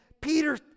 Peter